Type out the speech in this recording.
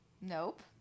Nope